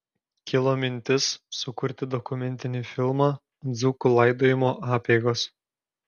kilo mintis sukurti dokumentinį filmą dzūkų laidojimo apeigos